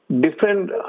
different